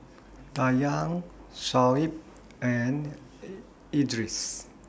Dayang Shoaib and Idris